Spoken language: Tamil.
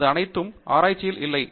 அது அனைத்தும் ஆராய்ச்சியிலும் இல்லை